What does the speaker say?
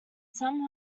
some